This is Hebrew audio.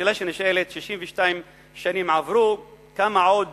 השאלה שנשאלת: 62 שנים עברו, כמה שנים עוד